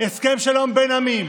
הסכם שלום בין העמים.